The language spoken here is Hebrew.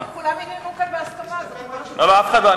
כולם הנהנו כאן בהסכמה, לא, לא, אף אחד לא.